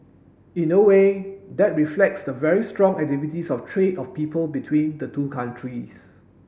in a way that reflects the very strong activities of trade of people between the two countries